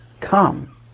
come